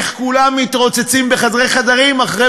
איך כולם מתרוצצים בחדרי חדרים אחרי